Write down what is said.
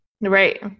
Right